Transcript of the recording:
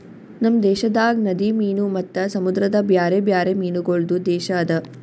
ನಮ್ ದೇಶದಾಗ್ ನದಿ ಮೀನು ಮತ್ತ ಸಮುದ್ರದ ಬ್ಯಾರೆ ಬ್ಯಾರೆ ಮೀನಗೊಳ್ದು ದೇಶ ಅದಾ